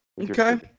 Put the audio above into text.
Okay